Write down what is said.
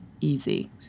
easy